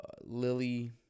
Lily